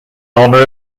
honour